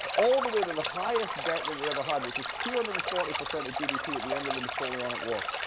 all the way to the highest debt that they ever had, which was two hundred and forty percent of gdp at the end of the napoleonic wars.